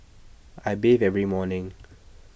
I bathe every morning